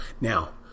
Now